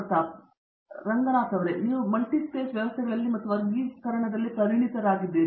ಪ್ರತಾಪ್ ಹರಿಡೋಸ್ ಸರಿ ನೀವು ಮಲ್ಟಿಹೇಸ್ ವ್ಯವಸ್ಥೆಗಳಲ್ಲಿ ಮತ್ತು ವರ್ಗೀಕರಣದಲ್ಲಿ ಪರಿಣಿತರಾಗಿದ್ದೀರಿ